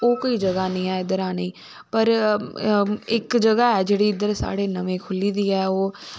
ओह् कोई जगाह् नी ऐ इध्दर आने पर इक जगाह् ऐ जेह्ड़ी इध्दर साढ़े नमीं खुल्ली दी ऐ ओह्